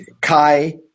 Kai